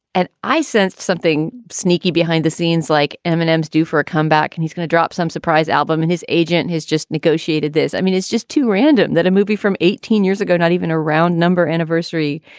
and i sensed something sneaky behind the scenes, like eminem's due for a comeback. and he's going to drop some surprise album. and his agent has just negotiated this. i mean, it's just too random that a movie from eighteen years ago, not even a round number anniversary,